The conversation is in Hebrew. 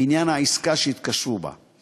בעניין העסקה שהתקשרו בה.